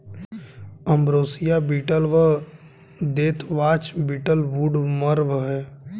ambrosia beetle व deathwatch beetle woodworm हैं